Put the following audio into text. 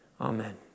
amen